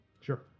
Sure